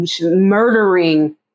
murdering